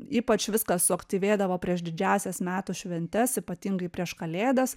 ypač viskas suaktyvėdavo prieš didžiąsias metų šventes ypatingai prieš kalėdas